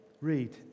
read